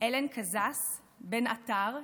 הלן קזס בן עטר,